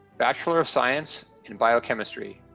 bachelor of science in biochemistry,